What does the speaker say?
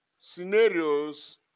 scenarios